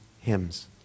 hymns